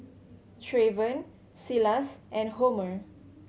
Treyvon Silas and Homer